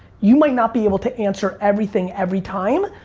you might not be able to answer everything every time.